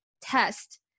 test